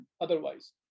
otherwise